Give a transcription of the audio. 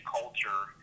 culture